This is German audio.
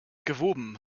gewoben